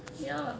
ya